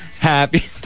Happy